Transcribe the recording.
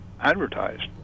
advertised